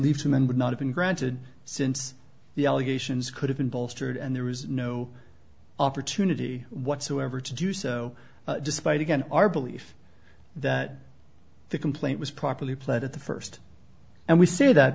leave to men would not have been granted since the allegations could have been bolstered and there was no opportunity whatsoever to do so despite again our belief that the complaint was properly pled at the first and we say that